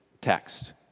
text